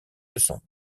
leçon